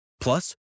Plus